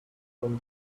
from